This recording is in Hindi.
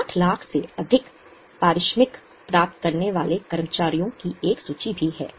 60 लाख से अधिक पारिश्रमिक प्राप्त करने वाले कर्मचारियों की एक सूची भी है